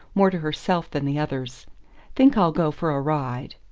more to herself than the others think i'll go for a ride.